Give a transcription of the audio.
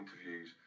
interviews